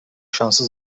şansı